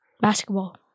Basketball